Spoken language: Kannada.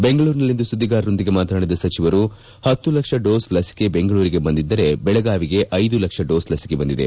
ಬೆಂಗಳೂರಿನಲ್ಲಿಂದು ಸುದ್ದಿಗಾರರೊಂದಿಗೆ ಮಾತನಾಡಿದ ಸಚಿವರು ಪತ್ತು ಲಕ್ಷ ಡೋಸ್ ಲಕಿಕೆ ಬೆಂಗಳೂರಿಗೆ ಬಂದಿದ್ದರೆ ಬೆಳಗಾವಿಗೆ ಐದು ಲಕ್ಷ ಡೋಸ್ ಲಕಿಕೆ ಬಂದಿದೆ